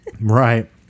Right